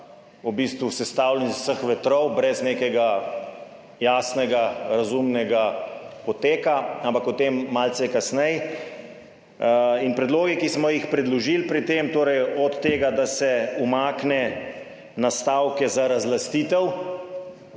v bistvu sestavljen iz vseh vetrov, brez nekega jasnega, razumnega poteka, ampak o tem malce kasneje. In predlogi, ki smo jih predložili pri tem, torej od tega, da se umakne na stavke za razlastitev,